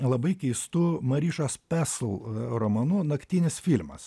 labai keistu marišos pesl romanu naktinis filmas